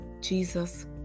Jesus